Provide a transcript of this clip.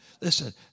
Listen